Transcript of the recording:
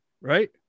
right